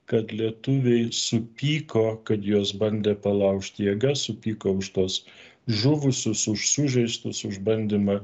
kad lietuviai supyko kad juos bandė palaužt jėga supyko už tuos žuvusius už sužeistus už bandymą